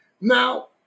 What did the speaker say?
Now